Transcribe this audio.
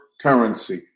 currency